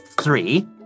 three